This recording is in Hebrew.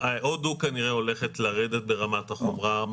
כדי לסיים בטוב: הודו כנראה הולכת לרדת ברמת החומרה.